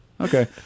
Okay